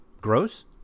Gross